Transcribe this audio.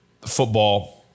football